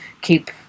keep